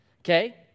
okay